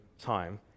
time